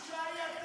הבושה היא אתם.